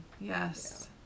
Yes